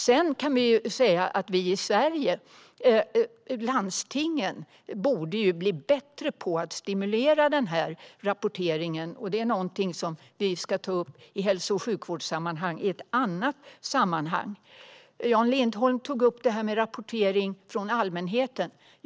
Sedan kan vi säga att landstingen här i Sverige borde bli bättre på att stimulera den här rapporteringen. Det är någonting som vi ska ta upp i hälso och sjukvårdssammanhang vid ett annat tillfälle. Jan Lindholm tog upp det här med rapportering från allmänheten.